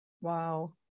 Wow